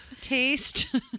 Taste